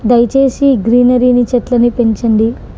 దయచేసి గ్రీనరీని చెట్లని పెంచండి